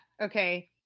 okay